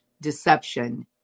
deception